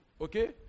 Okay